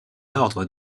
ordre